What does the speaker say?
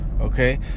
okay